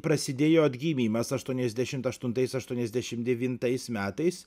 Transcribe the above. prasidėjo atgimimas aštuoniasdešimt aštuntais aštuoniasdešimt devintais metais